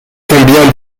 combien